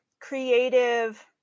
creative